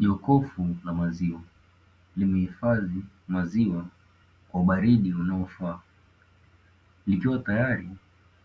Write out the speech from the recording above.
Jokovu la maziwa, limehifadhi maziwa kwa ubaridi unaofaa, likiwa tayari kwa